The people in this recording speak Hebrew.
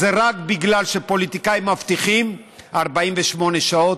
זה רק בגלל שפוליטיקאים מבטיחים 48 שעות,